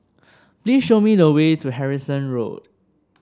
please show me the way to Harrison Road